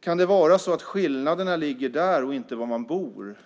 Kan det vara så att skillnaderna ligger där och inte i var man bor?